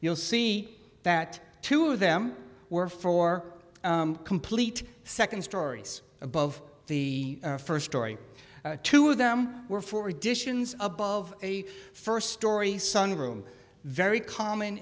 you'll see that two of them were four complete second stories above the first story two of them were four editions above a first story sun room very common